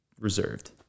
reserved